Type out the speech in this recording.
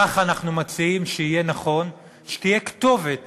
כך אנחנו מציעים שיהיה נכון שתהיה כתובת